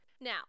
Now